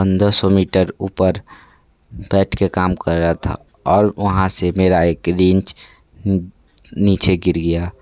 पंद्रह सौ मीटर ऊपर बैठके काम कर रहा था और वहाँ से मेरा एक रिंच नीचे गिर गया